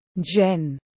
Jen